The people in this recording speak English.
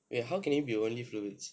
wait how can it be only fluids